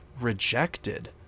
rejected